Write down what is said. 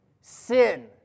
Sin